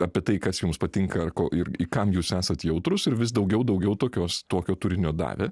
apie tai kas jums patinka ir ko ir kam jūs esat jautrus ir vis daugiau daugiau tokios tokio turinio davė